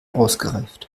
ausgereift